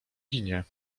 ginie